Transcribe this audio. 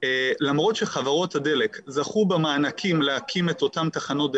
למרות שחברות הדלק זכו במענקים להקים את אותן תחנות דלק,